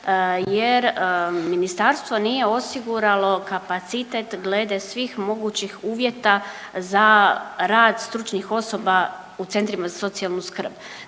jer ministarstvo nije osiguralo kapacitet glede svih mogućih uvjeta za rad stručnih osoba u centrima za socijalnu skrb.